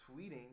tweeting